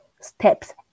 steps